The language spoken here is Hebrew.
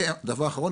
דבר אחרון,